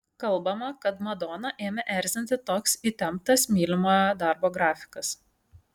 kalbama kad madoną ėmė erzinti toks įtemptas mylimojo darbo grafikas